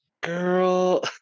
girl